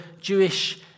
Jewish